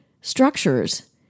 structures